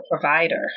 provider